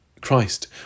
Christ